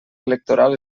electoral